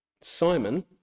Simon